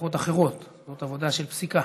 מהלכות אחרות, זאת עבודה של פסיקה,